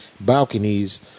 balconies